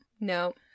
no